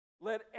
Let